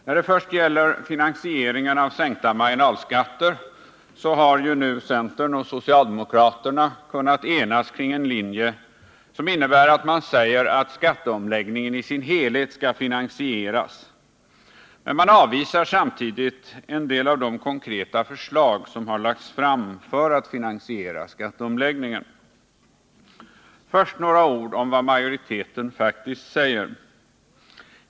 När det först gäller finansieringen av sänkta marginalskatter har alltså centern och socialdemokraterna kunnat enas kring en linje som innebär att man säger att skatteomläggningen i sin helhet skall finansieras, men man avvisar samtidigt en del av de förslag för att finansiera skatteomläggningen som har lagts fram. Först några ord om vad majoriteten faktiskt säger.